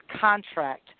contract